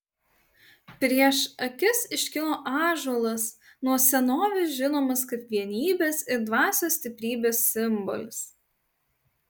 prieš akis iškilo ąžuolas nuo senovės žinomas kaip vienybės ir dvasios stiprybės simbolis